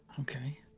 Okay